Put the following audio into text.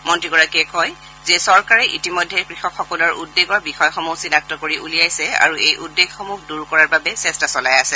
মন্ত্ৰীগৰাকীয়ে কয় যে চৰকাৰে ইতিমধ্যে কৃষকসকলৰ উদ্বেগৰ বিষয়সমূহ চিনাক্ত কৰি উলিয়াইছে আৰু এই উদ্বেগসমূহ দূৰ কৰাৰ বাবে চেষ্টা চলাই আছে